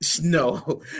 no